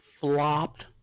flopped